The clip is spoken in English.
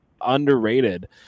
underrated